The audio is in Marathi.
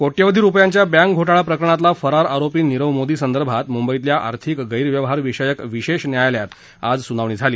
कोटयावधी रुपयांच्या बॅक घोटाळा प्रकरणातला फरार आरोपी नीरव मोदी संदर्भात मुंबईतल्या आर्थिक गस्ख्यवहार विषयक विशेष न्यायालयात आज सुनावणी झाली